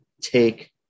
take –